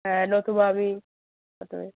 হ্যাঁ নতুবা আমি প্রথমে